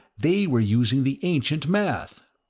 they were using the ancient math!